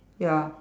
ya